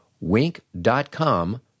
Wink.com